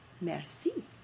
Merci